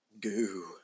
Goo